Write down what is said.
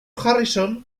harrison